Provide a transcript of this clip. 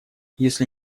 если